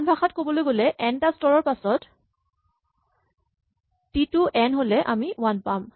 আন ভাষাত ক'ব গ'লে এন টা স্তৰৰ পাছত টি টো এন হ'লে আমি ৱান পাম